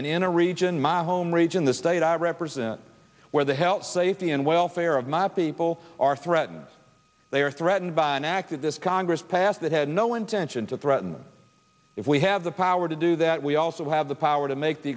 a region my home region the state i represent where the health safety and welfare of my people are threatened they are threatened by an act that this congress passed that had no intention to threaten if we have the power to do that we also have the power to make the